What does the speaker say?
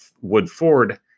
Woodford